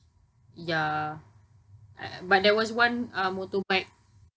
ya I I but there was one uh motorbike